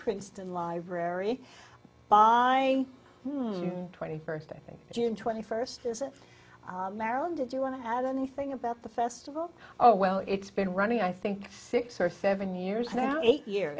princeton library by the twenty first i think june twenty first is a marathon did you want to have anything about the festival oh well it's been running i think six or seven years now eight year